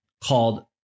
called